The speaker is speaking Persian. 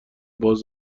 باز